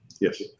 Yes